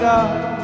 God